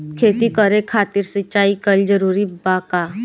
खेती करे खातिर सिंचाई कइल जरूरी बा का?